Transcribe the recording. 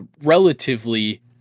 relatively